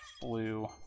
blue